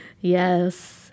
Yes